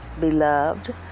Beloved